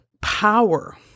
power